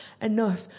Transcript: enough